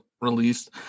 released